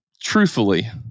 truthfully